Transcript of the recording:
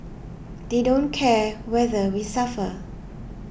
they don't care whether we suffer